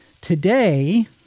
Today